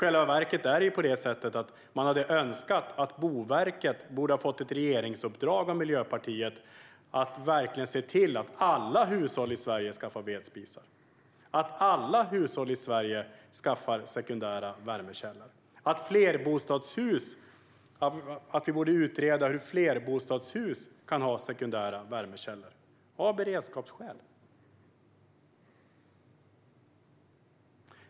Man hade i själva verket önskat att Boverket hade fått ett regeringsuppdrag av Miljöpartiet att se till att alla hushåll i Sverige skaffar en sekundär värmekälla såsom en vedspis. Vi borde också utreda hur flerbostadshus kan ha sekundära värmekällor, av beredskapsskäl.